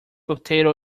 potato